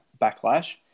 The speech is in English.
backlash